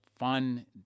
Fun